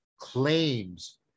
Claims